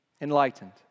enlightened